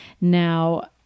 Now